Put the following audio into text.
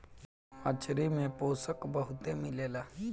मछरी में पोषक बहुते मिलेला